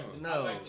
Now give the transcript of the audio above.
No